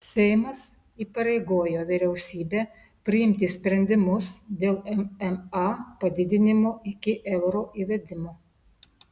seimas įpareigojo vyriausybę priimti sprendimus dėl mma padidinimo iki euro įvedimo